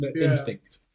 Instinct